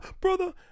brother